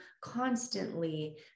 constantly